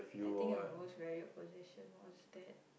I think my most valued possession was that